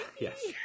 Yes